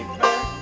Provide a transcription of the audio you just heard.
back